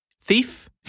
thief